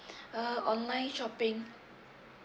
uh online shopping